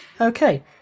okay